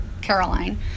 Caroline